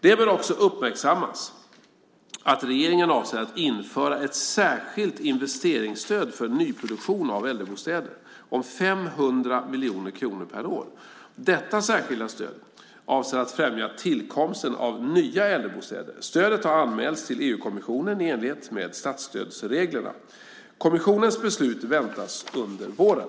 Det bör också uppmärksammas att regeringen avser att införa ett särskilt investeringsstöd för nyproduktion av äldrebostäder om 500 miljoner kronor per år. Detta särskilda stöd avser att främja tillkomsten av nya äldrebostäder. Stödet har anmälts till EU-kommissionen i enlighet med statsstödsreglerna. Kommissionens beslut väntas under våren.